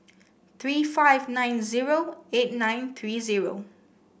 three five nine zero eight nine three zero